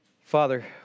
Father